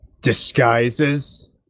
Disguises